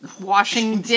Washing